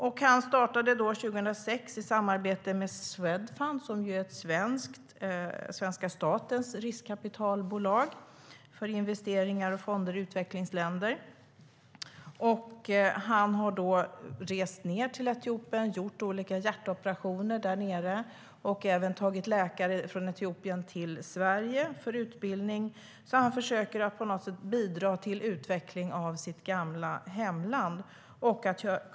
År 2006 startade Fikru Maru en klinik, i samarbete med Swedfund som är svenska statens riskkapitalbolag för investeringar och fonder i utvecklingsländer. Han har rest ned till Etiopien och gjort olika hjärtoperationer där nere och även tagit med läkare från Etiopien till Sverige för utbildning. Han försöker alltså göra en insats och på något sätt bidra till utveckling av sitt gamla hemland.